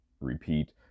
repeat